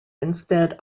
instead